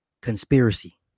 conspiracy